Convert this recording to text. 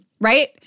right